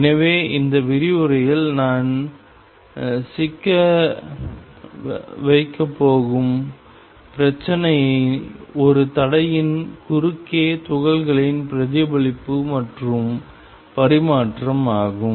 எனவே இந்த விரிவுரையில் நான் சிக்க வைக்கப் போகும் பிரச்சினை ஒரு தடையின் குறுக்கே துகள்களின் பிரதிபலிப்பு மற்றும் பரிமாற்றம் ஆகும்